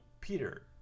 Peter